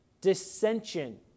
dissension